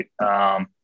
Right